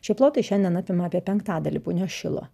šie plotai šiandien apima apie penktadalį punios šilo